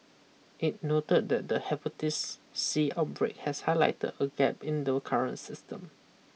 it noted that the hepatitis C outbreak has highlighted a gap in the current system